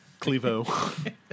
Clevo